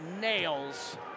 nails